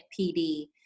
PD